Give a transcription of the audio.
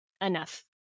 enough